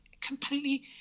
completely